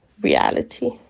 reality